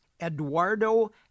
Eduardo